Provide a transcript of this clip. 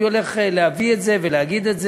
אני הולך להביא את זה ולהגיד את זה.